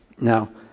Now